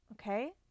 okay